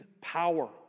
power